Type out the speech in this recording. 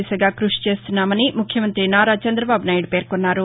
దిశగా కృషి చేస్తున్నామని ముఖ్యమంత్రి నారా చంద్రబాబు నాయుడు పేర్కొన్నారు